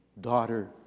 daughter